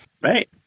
Right